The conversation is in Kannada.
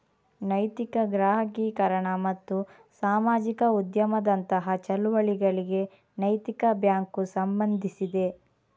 ನೈತಿಕ ಗ್ರಾಹಕೀಕರಣ ಮತ್ತು ಸಾಮಾಜಿಕ ಉದ್ಯಮದಂತಹ ಚಳುವಳಿಗಳಿಗೆ ನೈತಿಕ ಬ್ಯಾಂಕು ಸಂಬಂಧಿಸಿದೆ